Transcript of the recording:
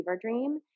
dream